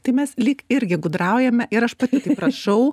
tai mes lyg irgi gudraujame ir aš pati taip rašau